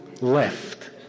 left